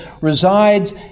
resides